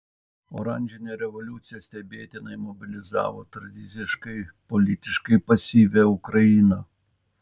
oranžinė revoliucija stebėtinai mobilizavo tradiciškai politiškai pasyvią ukrainą